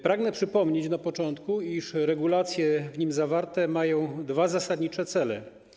Pragnę przypomnieć na początku, iż regulacje w nim zawarte mają dwa zasadnicze cele.